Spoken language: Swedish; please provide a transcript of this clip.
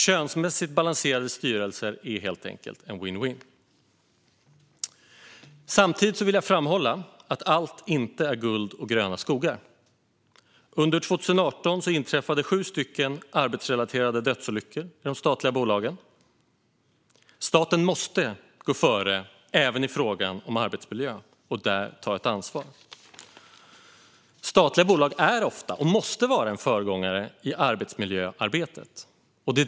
Könsmässigt balanserade styrelser är helt enkelt en win-win. Jag vill samtidigt framhålla att allt inte är guld och gröna skogar. Under 2018 inträffade sju arbetsrelaterade dödsolyckor i de statliga bolagen. Staten måste gå före och ta ansvar även i fråga om arbetsmiljö. Statliga bolag är ofta och måste vara föregångare i arbetsmiljöarbetet.